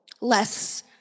less